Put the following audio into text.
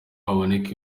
haboneka